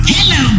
Hello